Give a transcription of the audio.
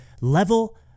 level